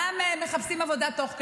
גם מחפשים עבודה תוך כדי,